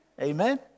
Amen